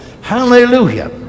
Hallelujah